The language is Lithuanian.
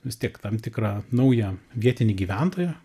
vis tiek tam tikrą naują vietinį gyventoją